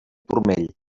turmell